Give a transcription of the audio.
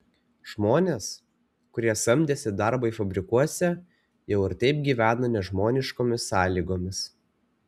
žmonės kurie samdėsi darbui fabrikuose jau ir taip gyveno nežmoniškomis sąlygomis